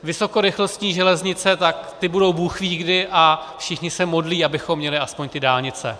Vysokorychlostní železnice, ty budou bůhví kdy a všichni se modlí, abychom měli aspoň ty dálnice.